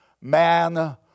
man